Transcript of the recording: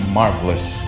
marvelous